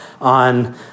on